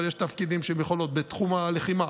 אבל יש תפקידים שהן יכולות בתחום הלחימה.